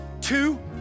two